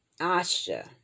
Asha